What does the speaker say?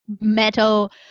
metal